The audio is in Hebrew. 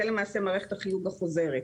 זו למעשה מערכת החיוג החוזרת.